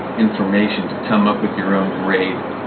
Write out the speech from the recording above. information to come up with your own grade.